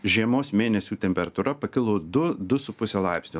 žiemos mėnesių temperatūra pakilo du du su puse laipsnio